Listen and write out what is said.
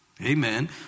Amen